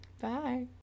Bye